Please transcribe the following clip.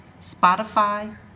Spotify